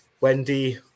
Wendy